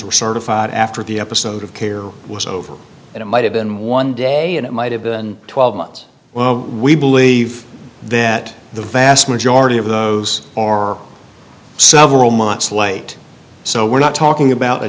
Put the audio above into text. were certified after the episode of care was over it might have been one day and it might have been twelve months well we believe that the vast majority of those are several months late so we're not talking about a